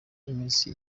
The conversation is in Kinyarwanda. imitsi